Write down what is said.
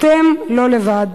אתם לא לבד.